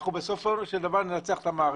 'אנחנו בסופו של דבר ננצח את המערכת',